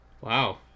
wow